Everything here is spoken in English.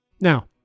Now